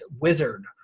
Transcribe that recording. wizard